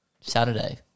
Saturday